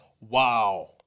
wow